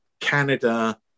Canada